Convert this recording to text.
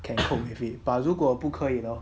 can cope with it but 如果不可以 lor